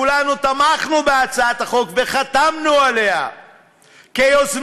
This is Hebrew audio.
כולנו תמכנו בהצעת החוק וחתמנו עליה כיוזמים.